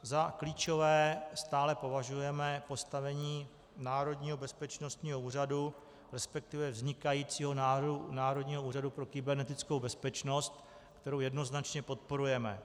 Za klíčové stále považujeme postavení Národního bezpečnostní úřadu, resp. vznikajícího Národního úřadu pro kybernetickou bezpečnost, kterou jednoznačně podporujeme.